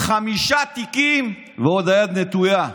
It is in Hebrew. חמישה תיקים, והיד עוד נטויה.